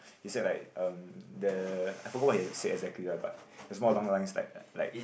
he said like um the I forgot what he said exactly ah but it's more along lines like like like